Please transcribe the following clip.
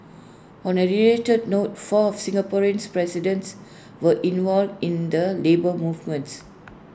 on A related note four of Singapore's presidents were involved in the labour movements